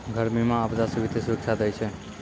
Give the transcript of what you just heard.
घर बीमा, आपदा से वित्तीय सुरक्षा दै छै